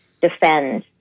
defend